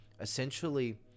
essentially